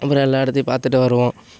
அப்புறம் எல்லா இடத்தையும் பார்த்துட்டு வருவோம்